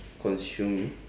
consume